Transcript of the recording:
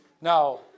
Now